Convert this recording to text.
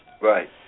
Right